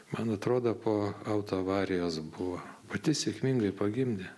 man atrodo po autoavarijos buvo pati sėkmingai pagimdė